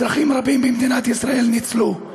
אזרחים רבים במדינת ישראל ניצלו.